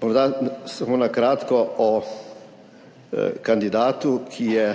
Morda samo na kratko o kandidatu, ki je